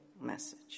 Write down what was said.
message